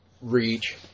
reach